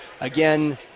Again